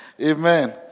Amen